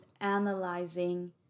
analyzing